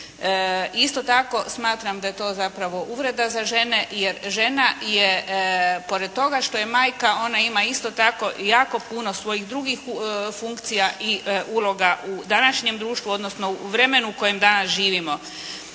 Isto tako smatram da je to zapravo uvreda za žene jer žena je pored toga što je majka ona ima isto jako puno svojih funkcija i uloga u današnjem društvu odnosno u vremenu u kojem danas živimo.